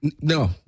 no